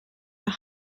the